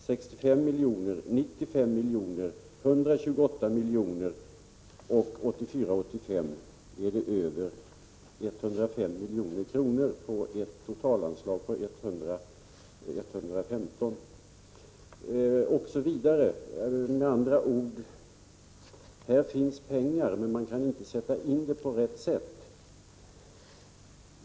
De följande åren blev 65, 95 resp. 128 milj.kr. över, och 1984/85 är 105 milj.kr. outnyttjade av ett totalanslag på 115 milj.kr. Med andra ord: Här finns pengar, men de sätts inte in på rätt sätt.